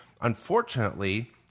Unfortunately